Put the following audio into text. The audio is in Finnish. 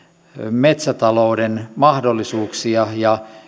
metsätalouden mahdollisuuksia ja